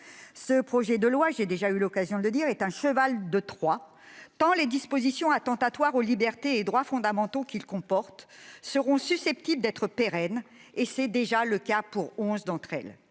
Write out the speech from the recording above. Ce projet de loi- j'ai déjà eu l'occasion de le dire -est un cheval de Troie, tant les dispositions attentatoires aux libertés et aux droits fondamentaux qu'il comporte seront susceptibles d'être pérennisées- c'est déjà le cas pour onze d'entre elles.